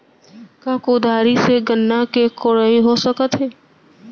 का कुदारी से गन्ना के कोड़ाई हो सकत हे?